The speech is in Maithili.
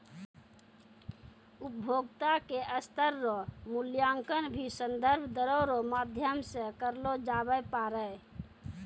उपभोक्ता के स्तर रो मूल्यांकन भी संदर्भ दरो रो माध्यम से करलो जाबै पारै